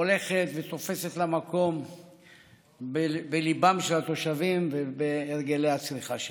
הולכת ותופסת לה מקום בליבם של התושבים ובהרגלי הצריכה שלהם.